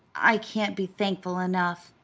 i can't be thankful enough,